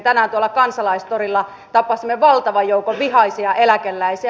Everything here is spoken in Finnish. tänään tuolla kansalaistorilla tapasimme valtavan joukon vihaisia eläkeläisiä